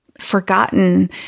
forgotten